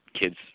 kids